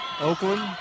Oakland